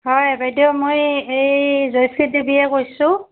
হয় বাইদেউ মই এই জয়শ্ৰী দেৱীয়ে কৈছোঁ